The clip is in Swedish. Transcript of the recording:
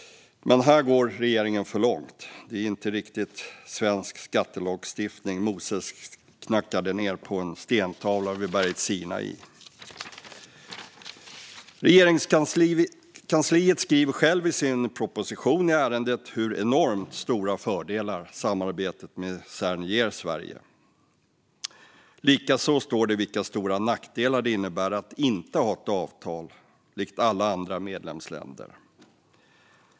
Men här går regeringen för långt. Det var inte riktigt svensk skattelagstiftning som Moses knackade ned på en stentavla vid berget Sinai. Regeringskansliet skriver självt i sin proposition i ärendet hur enormt stora fördelar samarbetet med Cern ger Sverige. Likaså står det vilka stora nackdelar det innebär att inte ha ett avtal likt alla andra medlemsländer.